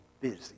busy